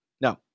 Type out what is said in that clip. Now